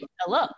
Hello